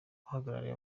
uhagarariye